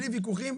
בלי ויכוחים.